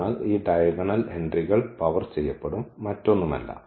അതിനാൽ ഈ ഡയഗണൽ എൻട്രികൾ പവർ ചെയ്യപ്പെടും മറ്റൊന്നുമല്ല